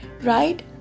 right